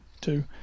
two